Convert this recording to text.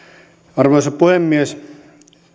arvoisa puhemies